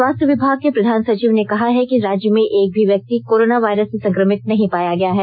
स्वास्थ्य विभाग के प्रधान सचिव ने कहा है कि राज्य में एक भी व्यक्ति कोरोना वायरस से संक्रमित नहीं पाया गया है